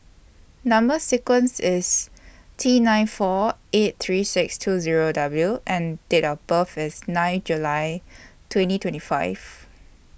Number sequence IS T nine four eight three six two Zero W and Date of birth IS nine July twenty twenty five